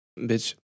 Bitch